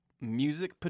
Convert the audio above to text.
music